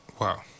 Wow